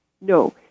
no